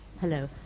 Hello